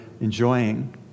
enjoying